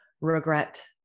regret